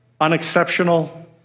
unexceptional